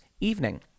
evening